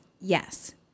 Yes